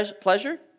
pleasure